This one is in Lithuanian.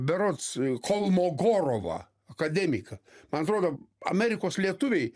berods kolmogorovą akademiką man atrodo amerikos lietuviai